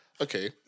Okay